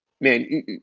Man